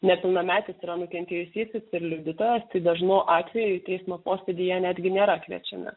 nepilnametis yra nukentėjusysis ir liudytojas tai dažnu atveju teismo posėdyje netgi nėra kviečiami